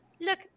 Look